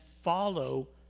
follow